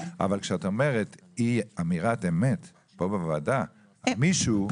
אבל כשאת אומרת אי אמירת אמת פה בוועדה על מישהו,